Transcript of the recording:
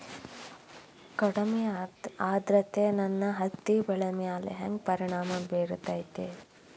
ಕಡಮಿ ಆದ್ರತೆ ನನ್ನ ಹತ್ತಿ ಬೆಳಿ ಮ್ಯಾಲ್ ಹೆಂಗ್ ಪರಿಣಾಮ ಬಿರತೇತಿ?